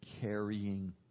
carrying